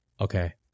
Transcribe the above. Okay